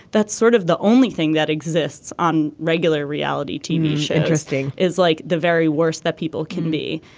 that's sort of the only thing that exists on regular reality tv. interesting is like the very worst that people can be.